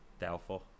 doubtful